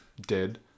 dead